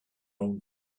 own